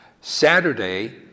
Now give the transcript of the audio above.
Saturday